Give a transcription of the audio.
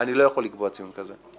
אני לא יכול לקבוע ציון כזה.